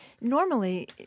normally